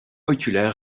oculaire